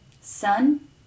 Sun